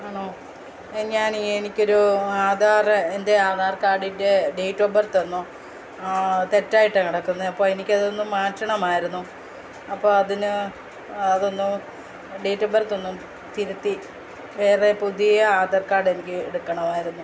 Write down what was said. ആണോ ഞാൻ എനിക്ക് ഒരു ആധാറ് എൻ്റെ ആധാർ കാർഡിൻ്റെ ഡേറ്റ് ഓഫ് ബർത്ത് ഒന്ന് തെറ്റായിട്ടാണ് കിടക്കുന്നത് അപ്പോൾ എനിക്ക് അതൊന്നു മാറ്റണമായിരുന്നു അപ്പോൾ അതിന് അതൊന്ന് ഡേറ്റ് ഓഫ് ബർത്ത് ഒന്നു തിരുത്തി വേറെ പുതിയ ആധാർ കാർഡ് എനിക്ക് എടുക്കണമായിരുന്നു